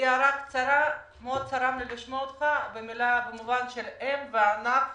הערה קצרה: מאוד צרם לי לשמוע אותך במובן של הם ואנחנו